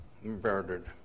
murdered